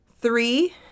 Three